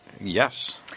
Yes